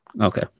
Okay